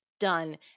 done